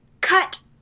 cut